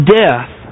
death